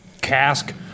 cask